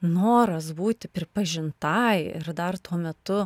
noras būti pripažintai ir dar tuo metu